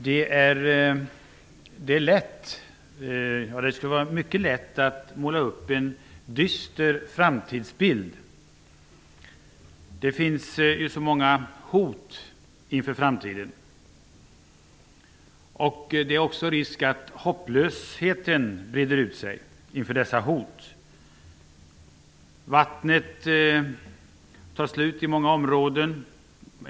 Fru talman! Det skulle vara mycket lätt att måla upp en dyster framtidsbild. Det finns ju så många hot inför framtiden. Det är också risk att hopplösheten breder ut sig inför dessa hot. Vattnet tar slut i många områden.